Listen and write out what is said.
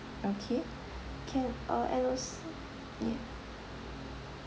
okay can uh and also yeah